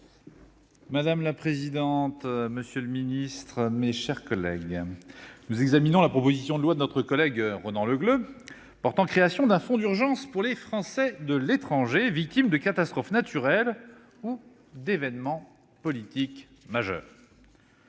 Madame la présidente, monsieur le secrétaire d'État, mes chers collègues, nous examinons la proposition de loi de Ronan Le Gleut portant création d'un fonds d'urgence pour les Français de l'étranger victimes de catastrophes naturelles ou d'événements politiques majeurs.